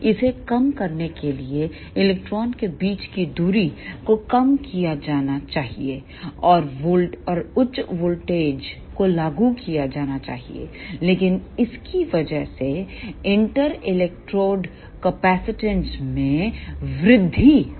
इसे कम करने के लिए इलेक्ट्रोड के बीच की दूरी को कम किया जाना चाहिए और उच्च वोल्टेज को लागू किया जाना चाहिए लेकिन इसकी वजह से इंटर इलेक्ट्रोड कैपेसिटेंसमें वृद्धि होगी